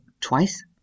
twice